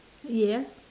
ya